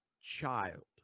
child